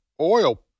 oil